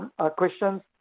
questions